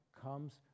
comes